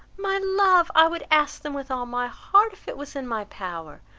my love i would ask them with all my heart, if it was in my power.